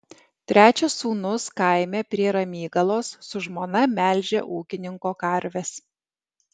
trečias sūnus kaime prie ramygalos su žmona melžia ūkininko karves